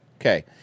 Okay